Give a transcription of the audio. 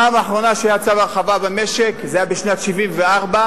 הפעם האחרונה שהיה צו הרחבה במשק היתה בשנת 1974,